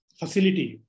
facility